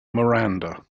miranda